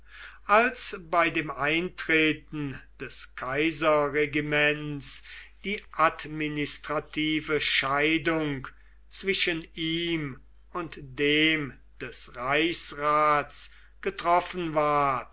als bei dem eintreten des kaiserregiments die administrative scheidung zwischen ihm und dem des reichsrats getroffen ward